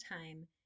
time